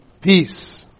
peace